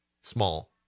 small